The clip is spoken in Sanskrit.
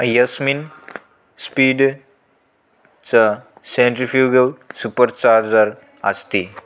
यस्मिन् स्पीड् च सेन्ट्रिफ़्यूगल् सुपरचार्जर् अस्ति